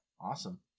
awesome